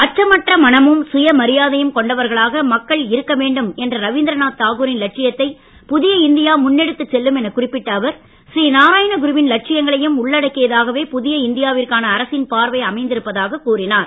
அச்சமற்ற மனமும் சுயமரியாதையும் கொண்டவர்களாக மக்கள் இருக்க வேண்டும் என்ற ரவீந்திரநாத் தாகூரின் லட்சியத்தை புதிய இந்தியா முன்னெடுத்துச் செல்லும் எனக் குறிப்பிட்ட அவர் ஸ்ரீ நாராயண குருவின் லட்சியங்களையும் உள்ளடக்கியதாகவே புதிய இந்தியாவிற்கான அரசின் பார்வை அமைந்திருப்பதாக கூறினார்